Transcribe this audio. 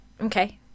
Okay